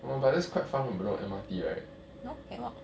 oh but that's quite far from bedok M_R_T right